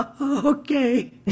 okay